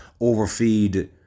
overfeed